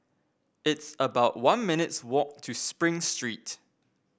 it's about one minutes' walk to Spring Street